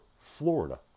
Florida